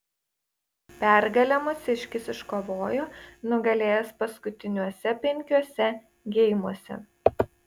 pergalę mūsiškis iškovojo nugalėjęs paskutiniuose penkiuose geimuose